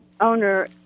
Owner